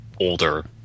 older